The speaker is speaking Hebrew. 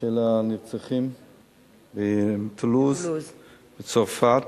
של הנרצחים בטולוז בצרפת.